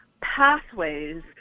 pathways